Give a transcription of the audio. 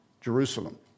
Jerusalem